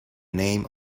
name